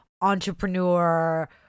entrepreneur